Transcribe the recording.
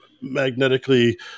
magnetically